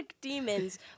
demons